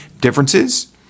differences